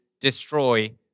destroy